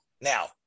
Now